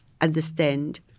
understand